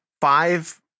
five